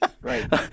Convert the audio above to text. Right